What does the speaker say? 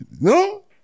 No